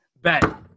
Bet